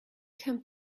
come